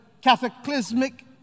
cataclysmic